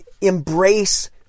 embrace